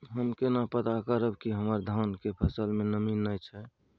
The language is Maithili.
हम केना पता करब की हमर धान के फसल में नमी नय छै?